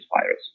virus